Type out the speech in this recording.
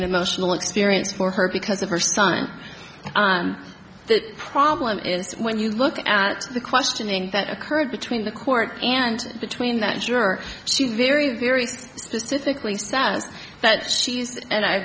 an emotional experience for her because the first time the problem is when you look at the questioning that occurred between the court and between that sure she's very very specifically says that she's and i